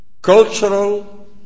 cultural